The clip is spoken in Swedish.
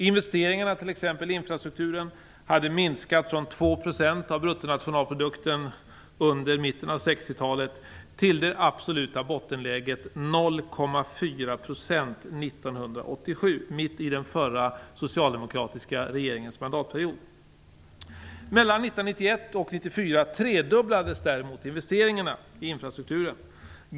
Investeringarna i infrastrukturen hade minskat från talet till det absoluta bottenläget 0,4 % år 1987 - mitt i den förra socialdemokratiska regeringens mandatperiod. Mellan 1991 och 1994 tredubblades däremot investeringarna i infrastrukturen.